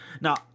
Now